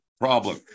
Problem